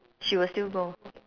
she will still go